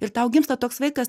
ir tau gimsta toks vaikas